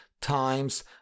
times